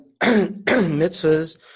mitzvahs